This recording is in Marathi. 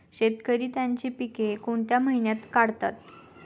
शेतकरी त्यांची पीके कोणत्या महिन्यात काढतात?